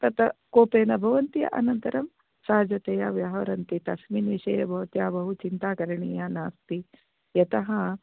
तत कोपेन् भवन्ति अनन्तरं सहजतया व्यवहरन्ति तस्मिन् विषये भवत्या बहुचिन्ता करणीया नास्ति यत